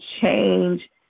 change